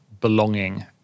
belonging